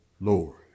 Lord